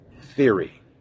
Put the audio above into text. theory